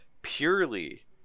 Purely